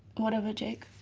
whatever, jake.